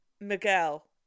Miguel